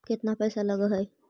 केतना पैसा लगय है?